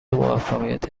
موفقیت